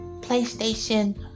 PlayStation